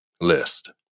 list